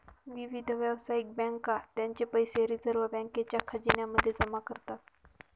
विविध व्यावसायिक बँका त्यांचे पैसे रिझर्व बँकेच्या खजिन्या मध्ये जमा करतात